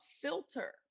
filter